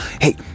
Hey